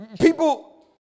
People